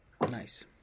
Nice